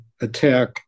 attack